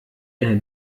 eine